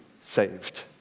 saved